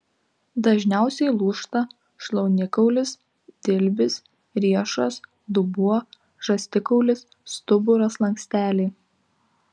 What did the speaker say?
dažniausiai lūžta šlaunikaulis dilbis riešas dubuo žastikaulis stuburo slanksteliai